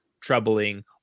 troubling